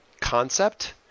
concept